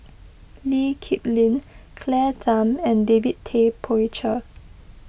Lee Kip Lin Claire Tham and David Tay Poey Cher